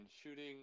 shooting